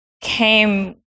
came